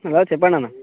hello చెప్పండి అన్న